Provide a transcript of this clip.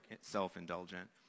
self-indulgent